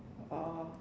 ah